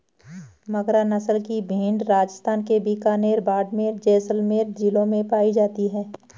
मगरा नस्ल की भेंड़ राजस्थान के बीकानेर, बाड़मेर, जैसलमेर जिलों में पाई जाती हैं